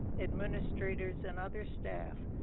administrators, and other staff,